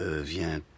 vient